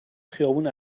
خیابون